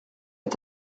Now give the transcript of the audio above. est